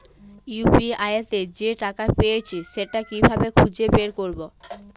UPI তে যে টাকা পেয়েছি সেটা কিভাবে খুঁজে বের করবো?